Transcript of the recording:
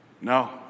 No